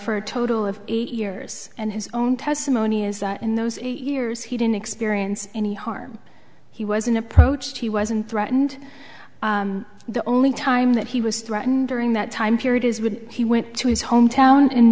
for a total of eight years and his own testimony is that in those eight years he didn't experience any harm he was in approached he wasn't threatened the only time that he was threatened during that time period is would he went to his home town in